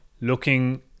looking